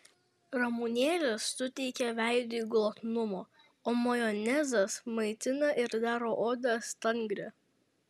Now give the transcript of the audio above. ramunėlės suteikia veidui glotnumo o majonezas maitina ir daro odą stangrią